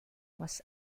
was